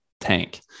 tank